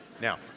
Now